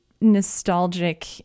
nostalgic